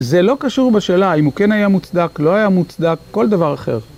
זה לא קשור בשאלה אם הוא כן היה מוצדק, לא היה מוצדק, כל דבר אחר.